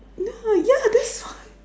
yeah yeah that's why